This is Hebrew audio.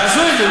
תעשו את זה,